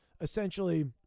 essentially